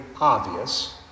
obvious